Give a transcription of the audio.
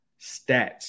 stats